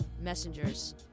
messengers